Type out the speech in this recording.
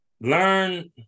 Learn